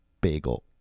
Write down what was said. bagel